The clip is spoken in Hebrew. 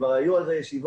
כבר היו על זה ישיבות,